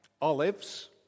olives